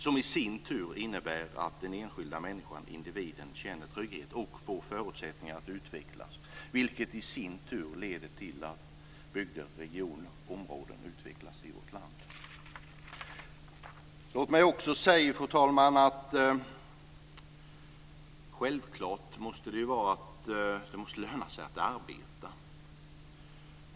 Det innebär i sin tur att den enskilda människan, individen, känner trygghet och får förutsättningar att utvecklas, vilket i sin tur leder till att bygder, regioner och områden utvecklas i vårt land. Låt mig också säga, fru talman, att det självklart måste löna sig att arbeta.